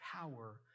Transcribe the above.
power